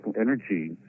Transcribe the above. energy